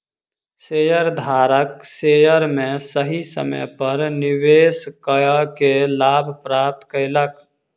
शेयरधारक शेयर में सही समय पर निवेश कअ के लाभ प्राप्त केलक